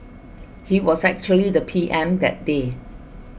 ge was actually the P M that day